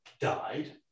died